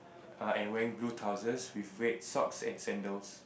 err and wearing blue trousers with red socks and sandals